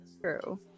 True